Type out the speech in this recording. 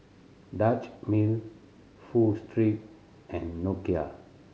Dutch Mill Pho Street and Nokia